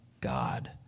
God